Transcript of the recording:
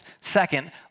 Second